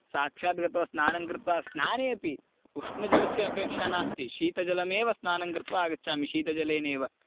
साक्षात् गत्वा स्नानं कृत्वा स्नाने अपि उष्णजलस्य अपेक्षा नास्ति शीतजलमेव स्नानं कृत्वा आगच्छामि शीतजलेनेव